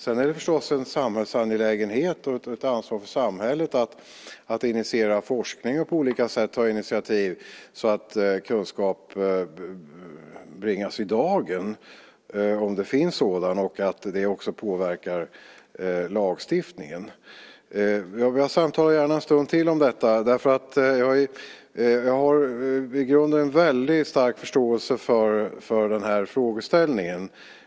Sedan är det förstås en samhällsangelägenhet och ett ansvar för samhället att initiera forskning och på olika sätt ta initiativ så att kunskap bringas i dagen, om det finns sådan, och att det också påverkar lagstiftningen. Jag samtalar gärna en stund till om detta, därför att jag har i grunden en väldigt stark förståelse för den här frågeställningen.